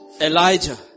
Elijah